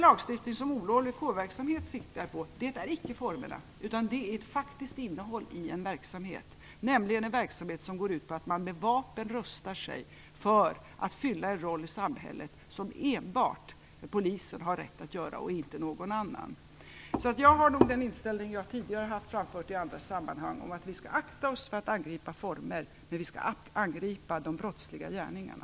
Lagstiftningen om olovlig kårverksamhet siktar icke på formerna, utan på ett faktiskt innehåll i en verksamhet, nämligen en verksamhet som går ut på att man med vapen rustar sig för att fylla en roll i samhället som enbart Polisen har rätt att göra och inte någon annan. Jag har den inställning som jag tidigare har framfört i andra sammanhang, dvs. att vi skall akta oss för att angripa former men att vi skall angripa de brottsliga gärningarna.